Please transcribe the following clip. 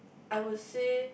I would say